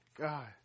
God